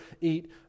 eat